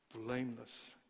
blameless